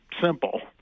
simple